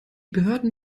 behörden